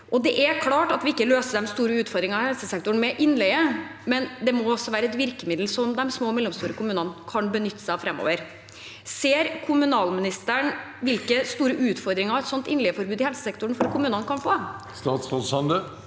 Det er klart at vi ikke løser de store utfordringene i helsesektoren med innleie, men det må være et virkemiddel som de små og mellomstore kommunene kan benytte framover. Ser kommunalministeren hvilke store utfordringer et innleieforbud i helsesektoren kan få for kommunene? Statsråd Erling